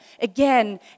again